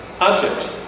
objects